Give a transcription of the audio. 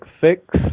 fix